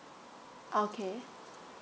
okay